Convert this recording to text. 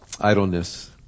idleness